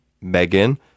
Megan